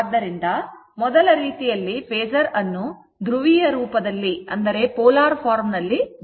ಆದ್ದರಿಂದ ಮೊದಲ ರೀತಿಯಲ್ಲಿ ಫೇಸರ್ ಅನ್ನು ಧ್ರುವೀಯ ರೂಪದಲ್ಲಿ ಬರೆಯುವುದು